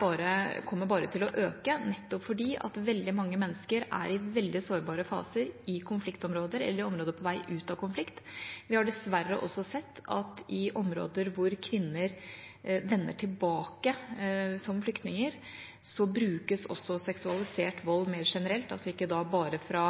bare kommer til å øke, nettopp fordi veldig mange mennesker er i veldig sårbare faser i konfliktområder eller områder på vei ut av konflikt. Vi har dessverre også sett at i områder hvor kvinner vender tilbake som flyktninger, brukes seksualisert vold mer generelt, ikke bare fra